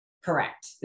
Correct